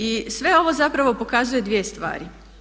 I sve ovo zapravo pokazuje dvije stvari.